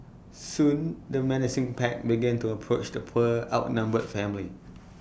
soon the menacing pack began to approach the poor outnumbered family